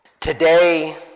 Today